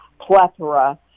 plethora